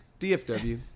DFW